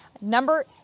Number